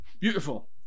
Beautiful